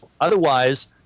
otherwise